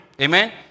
Amen